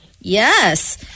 Yes